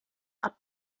are